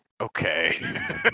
Okay